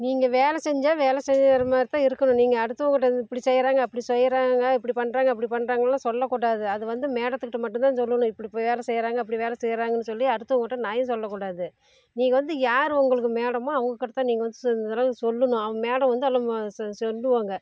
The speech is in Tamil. நீங்கள் வேலை செஞ்சால் வேலை செய்கிற மாதிரி தான் இருக்கணும் நீங்கள் அடுத்தவங்கட்ட இது இப்படி செய்கிறாங்க அப்படி செய்கிறாங்க இப்படி பண்ணுறாங்க அப்படி பண்ணுறாங்கள்லாம் சொல்லக்கூடாது அது வந்து மேடத்துக்கிட்டே மட்டுந்தான் சொல்லணும் இப்படி இப்போ வேலை செய்கிறாங்க அப்படி வேலை செய்கிறாங்கன்னு சொல்லி அடுத்தவங்கட்ட நியாயம் சொல்லக்கூடாது நீங்கள் வந்து யார் உங்களுக்கு மேடமோ அவங்கக்கிட்ட தான் நீங்கள் வந்து சொ இதெல்லாம் சொல்லணும் அவங்க மேடம் வந்து அதெல்லாம் சொ சொல்வாங்க